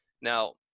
Now